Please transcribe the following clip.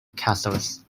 castles